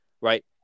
right